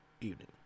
evening